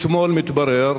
אתמול מתברר